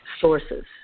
sources